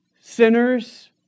Sinners